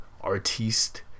artiste